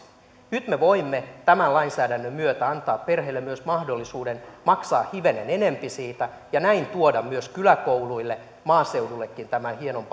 nyt me voimme tämän lainsäädännön myötä antaa perheille myös mahdollisuuden maksaa hivenen enempi siitä ja näin tuoda myös kyläkouluille maaseudullekin tämän hienon